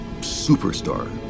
superstar